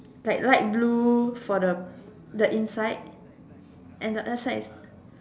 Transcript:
like light blue for the the inside and the another side is